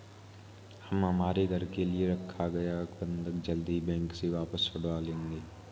हम हमारे घर के लिए रखा गया बंधक जल्द ही बैंक से वापस छुड़वा लेंगे